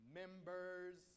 members